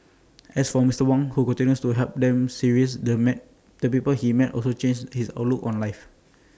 as for Mister Wong who continues to helm them series the met the people he met also changed his outlook on life